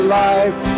life